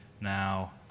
Now